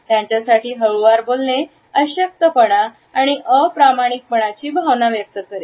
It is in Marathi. त्यांच्यासाठी हळूवारपणे बोलणे अशक्तपणा आणि अप्रामाणिकपणाची भावना व्यक्त करेल